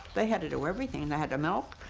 they had to do everything. they had to milk,